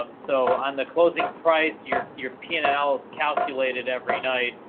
um so on the closing price, your your p and l is calculated every night.